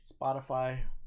Spotify